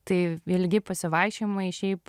tai ilgi pasivaikščiojimai šiaip